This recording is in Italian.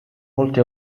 molti